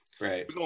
Right